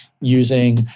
using